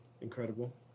incredible